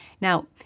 Now